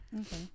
okay